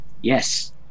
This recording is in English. Yes